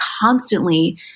constantly